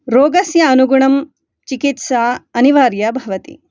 रोगस्य अनुगुणं चिकित्सा अनिवार्या भवति